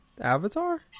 Avatar